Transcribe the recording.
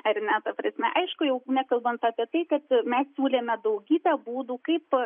ar ne ta prasme aišku jau nekalbant apie tai kad mes siūlėme daugybę būdų kaip